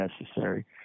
necessary